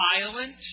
violent